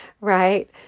right